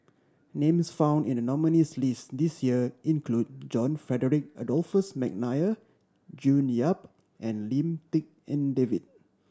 names found in the nominees' list this year include John Frederick Adolphus McNair June Yap and Lim Tik En David